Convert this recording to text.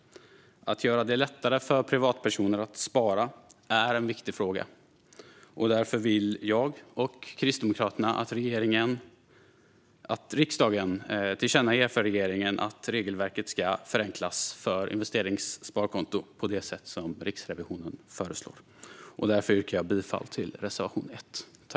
Att göra det lättare för privatpersoner att spara är en viktig fråga. Därför vill jag och Kristdemokraterna att riksdagen tillkännager för regeringen att regelverket ska förenklas för investeringssparkonto på det sätt som Riksrevisionen föreslår. Jag yrkar därför bifall till reservation 1.